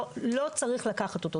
לא צריך לקחת אותו,